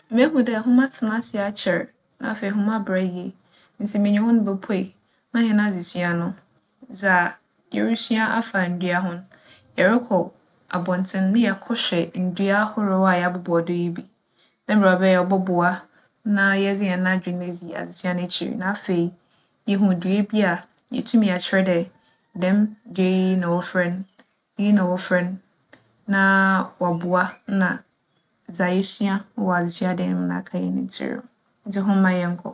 Mehu dɛ hom atsena ase akyɛr na afei, hom aberɛ yie ntsi menye hͻn bopue na hɛn adzesua no, dza yerusua afa ndua ho no, yɛrokͻ abͻntsen na yɛakͻhwɛ ndua ahorow a yɛabobͻ do yi bi dɛ mbrɛ ͻbɛyɛ a ͻbͻboa, na yɛdze hɛn adwen edzi adzesua n'ekyir. Na afei, yehu dua bi a, yeetum yɛaakyerɛ dɛ dɛm dua yi na wͻfrɛ no, iyi na wͻfrɛ no na ͻaboa. Nna dza yesua wͻ adzesuadan mu no aka hɛn tsir mu. Ntsi hom mma yɛnkͻ..